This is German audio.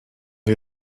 wir